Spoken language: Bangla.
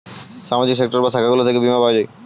সামাজিক সেক্টর বা শাখাগুলো থেকে বীমা পাওয়া যায়